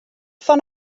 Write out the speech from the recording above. fan